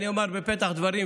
בפתח דברים,